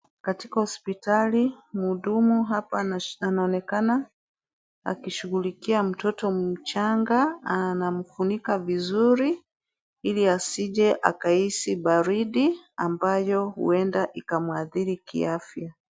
Katika hospitali mhudumu hapa anaonekana akishughulikia mtoto mchanga. Anamfunika vizuri ili asije akahisi baridi ambayo huenda ikamuadhiri kiafya.